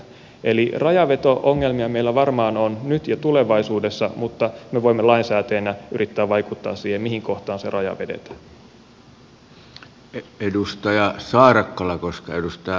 eli rajanveto ongelmia meillä varmaan on nyt ja tulevaisuudessa mutta me voimme lainsäätäjinä yrittää vaikuttaa siihen mihin kohtaan se raja vedetään